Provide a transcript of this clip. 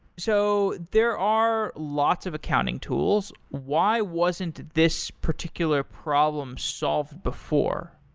so there are lots of accounting tools, why wasn't this particular problem solved before?